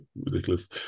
ridiculous